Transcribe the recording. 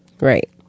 Right